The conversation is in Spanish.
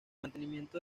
mantenimiento